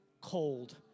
cold